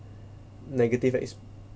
negative ex~